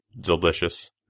Delicious